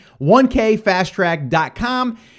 1kfasttrack.com